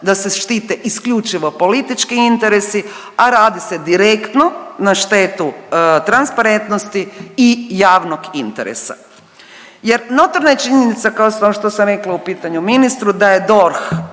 da se štite isključivo politički interesi, a radi se direktno na štetu transparentnosti i javnog interesa. Jer, notorna je činjenica, kao što sam rekla u pitanju ministru, da je